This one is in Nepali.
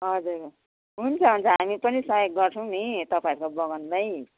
हजुर हुन्छ हुन्छ हामी पनि सहयोग गर्छौँ नि तपाईँहरूको बगानलाई